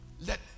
Let